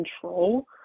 control